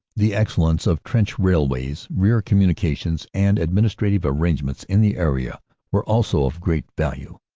the excellence of trench railways, rear communications, and administrative arrangements in the area were also of great value,